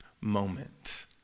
moment